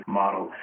model